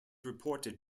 reported